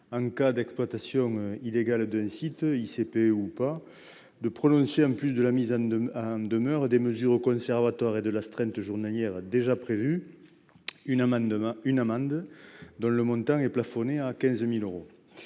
en cas d'exploitation illégale d'un site, qu'il soit ou non ICPE, de prononcer, en plus de la mise en demeure, des éventuelles mesures conservatoires et d'astreinte journalière déjà prévues, une amende dont le montant est plafonné à 15 000 euros.